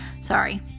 Sorry